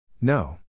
No